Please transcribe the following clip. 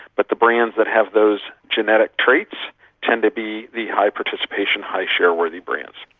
but the brands that have those genetic traits tend to be the high participation, high share-worthy brands.